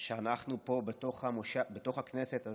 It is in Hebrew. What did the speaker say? שאנחנו פה, בתוך הכנסת הזאת,